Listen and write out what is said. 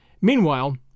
Meanwhile